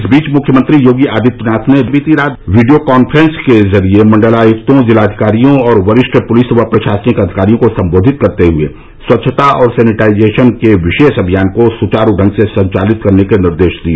इस बीच मुख्यमंत्री योगी आदित्यनाथ ने बीती रात वीडियो कॉन्फ्रेन्स के जरिए मण्डलायुक्तों जिलाधिकारियों और वरिष्ठ पुलिस व प्रशासनिक अधिकारियों को सम्बोधित करते हुए स्वच्छता और सैनिटाइजेशन को विशेष अभियान को सुचारू ढंग से संचालित करने के निर्देश दिए